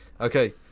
Okay